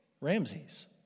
Ramses